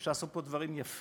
אפשר לעשות פה דברים יפים.